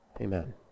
Amen